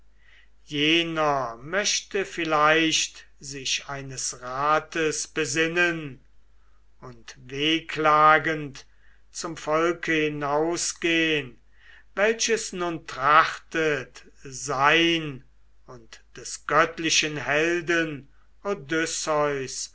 jener möchte vielleicht sich eines rates besinnen und wehklagend zum volke hinausgehn welches nun trachtet sein und des göttlichen helden